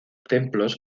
templos